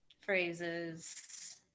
phrases